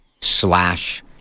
slash